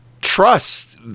trust